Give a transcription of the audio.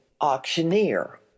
auctioneer